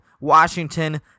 Washington